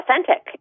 authentic